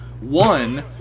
One